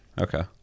okay